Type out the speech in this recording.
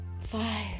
five